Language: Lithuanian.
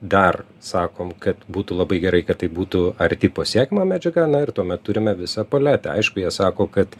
dar sakom kad būtų labai gerai kad tai būtų arti pasiekiama medžiaga na ir tuomet turime visą paletę aišku jie sako kad